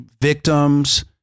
victims